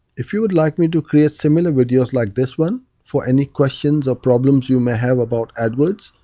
if you would like me to create similar videos like this one for any questions or problems you may have about adwords